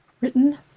written